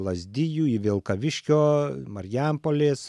lazdijų į vilkaviškio marijampolės